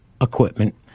equipment